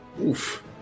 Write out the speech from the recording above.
oof